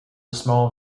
small